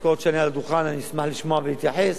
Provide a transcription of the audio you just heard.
כל עוד אני על הדוכן אני אשמח לשמוע ולהתייחס.